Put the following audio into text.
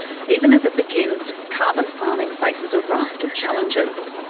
even as it begins, carbon farming faces a raft of challenges.